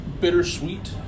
bittersweet